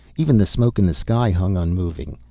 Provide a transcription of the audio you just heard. even the smoke in the sky hung unmoving.